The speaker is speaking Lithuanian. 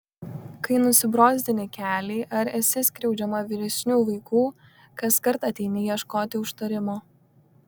kai nusibrozdini kelį ar esi skriaudžiama vyresnių vaikų kaskart ateini ieškoti užtarimo